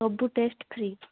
ସବୁ test free